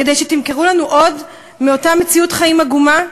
כדי שתמכרו לנו עוד מאותה מציאות חיים עגומה?